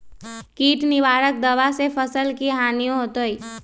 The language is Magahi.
किट निवारक दावा से फसल के हानियों होतै?